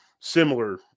similar